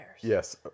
Yes